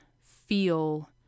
feel